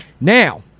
Now